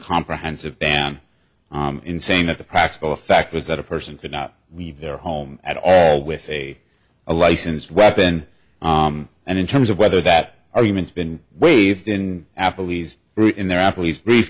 comprehensive ban in saying that the practical effect was that a person could not leave their home at all with a a license weapon and in terms of whether that arguments been waived in applebee's in their athletes brief